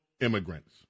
immigrants